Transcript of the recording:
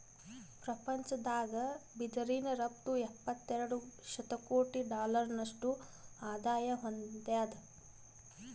ಪ್ರಪಂಚದಾಗ್ ಬಿದಿರಿನ್ ರಫ್ತು ಎಪ್ಪತ್ತೆರಡು ಶತಕೋಟಿ ಡಾಲರ್ನಷ್ಟು ಆದಾಯ್ ಹೊಂದ್ಯಾದ್